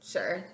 Sure